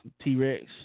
T-Rex